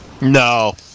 No